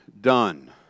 done